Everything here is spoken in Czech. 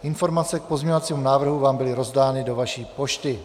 Informace k pozměňovacímu návrhu vám byly rozdány do vaší pošty.